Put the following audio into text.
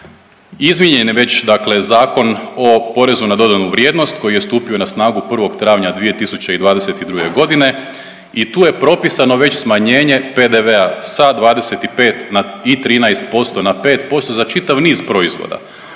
izmijenjen je već dakle Zakon o PDV-u koji je stupio na snagu 1. travnja 2022.g. i tu je propisano već smanjenje PDV-a sa 25 i 13% na 5% za čitav niz proizvoda